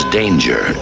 danger